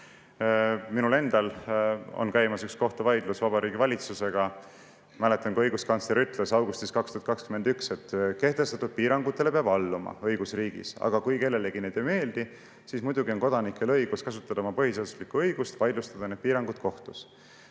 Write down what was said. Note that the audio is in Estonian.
Minul endal on käimas üks kohtuvaidlus Vabariigi Valitsusega. Mäletan, kui õiguskantsler ütles augustis 2021, et kehtestatud piirangutele peab õigusriigis alluma, aga kui kellelegi need ei meeldi, siis muidugi on kodanikel õigus kasutada oma põhiseaduslikku õigust vaidlustada need piirangud kohtus.